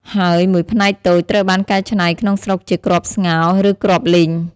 ហើយ មួយផ្នែកតូចត្រូវបានកែច្នៃក្នុងស្រុកជាគ្រាប់ស្ងោរ ឬគ្រាប់លីង។